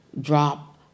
drop